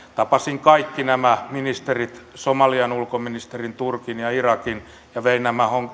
tapasin kaikki nämä ministerit somalian ulkoministerin turkin ja irakin ja vein